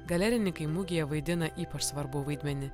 galerininkai mugėje vaidina ypač svarbų vaidmenį